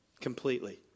completely